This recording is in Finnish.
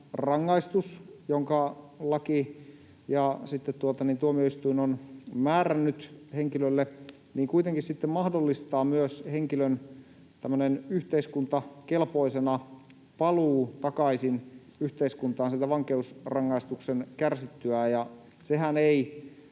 rangaistus, jonka laki ja tuomioistuin on määrännyt henkilölle, niin kuitenkin mahdollistettaisiin myös henkilön tämmöinen yhteiskuntakelpoisena paluu takaisin yhteiskuntaan sitten vankeusrangaistuksen kärsittyään. Ja sehän ei